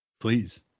Please